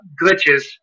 glitches